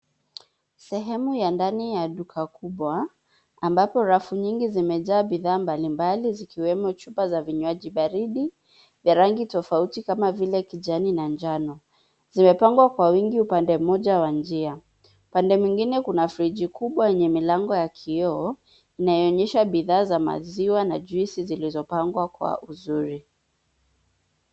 Sehemu ya ndani ya duka kubwa ambapo rafu nyingi zimejaa bidhaa mbalimbali zikiwemo chupa za vinywaji baridi vya rangi tofauti kama vile kijani na njano. Zimepangwa kwa wingi upande mmoja wa njia. Upande mwingine kuna friji kubwa yenye milango ya kioo, inayoonyesha bidhaa za maziwa na juisi zilizopangwa kwa uzuri.